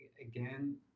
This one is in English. again